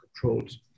controls